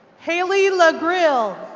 haley lagrill.